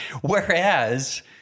Whereas